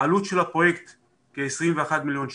העלות של הפרויקט כ-21 מיליון שקל,